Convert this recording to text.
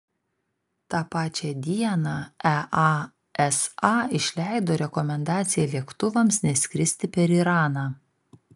tą pačią dieną easa išleido rekomendaciją lėktuvams neskristi per iraną